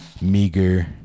meager